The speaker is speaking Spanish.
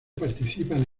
participan